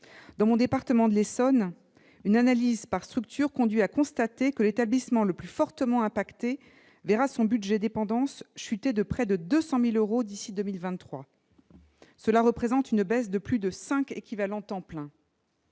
Dans le département dont je suis élue, l'Essonne, une analyse par structure conduit à constater que l'établissement le plus fortement affecté verra son budget « dépendance » chuter de près de 200 000 euros d'ici à 2023, ce qui représente une baisse de plus de 5 équivalents temps plein.